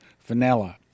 Vanilla